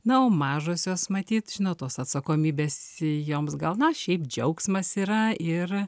na o mažosios matyt žinot tos atsakomybės joms gal na šiaip džiaugsmas yra ir